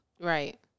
Right